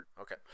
Okay